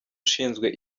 ushinzwe